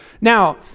Now